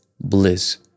bliss